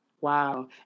Wow